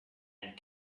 and